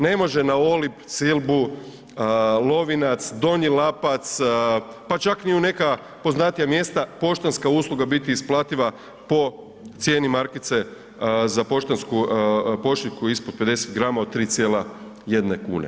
Ne može na Olib, Silbu, Lovinac, Donji Lapac, pa čak ni u neka poznatija mjesta poštanska usluga biti isplativa po cijeni markice za poštansku pošiljku ispod 50 grama od 3,1 kune.